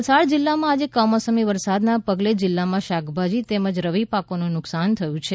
વલસાડ જિલ્લામાં આજે કમોસમી વરસાદના પગલે જિલ્લામાં શાકભાજી તેમજ રવિ પાકોને નુકસાન થયું છે